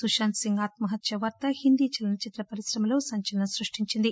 సుశాంత్ సింగ్ ఆత్మహత్య వార్త హిందీ చలన చిత్ర పరిశ్రమలో సంచలనం సృష్టించింది